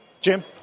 Jim